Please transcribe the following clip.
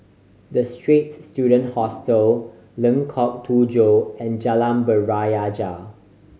The Straits Student Hostel Lengkok Tujoh and Jalan Berjaya